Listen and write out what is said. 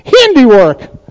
handiwork